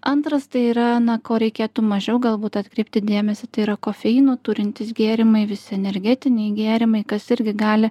antras tai yra na ko reikėtų mažiau galbūt atkreipti dėmesį tai yra kofeino turintys gėrimai visi energetiniai gėrimai kas irgi gali